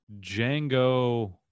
Django